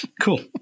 cool